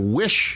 wish